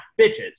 bitches